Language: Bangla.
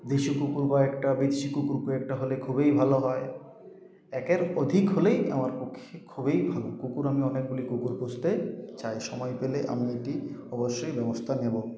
দেশি কুকুর কয়েকটা বিদেশি কুকুর কয়েকটা হলে খুবই ভালো হয় একের অধিক হলেই আমার পক্ষে খুবই ভালো কুকুর আমি অনেকগুলি কুকুর পুষতে চাই সময় পেলে আমি এটি অবশ্যই ব্যবস্থা নেবো